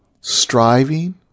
striving